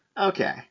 Okay